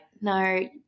no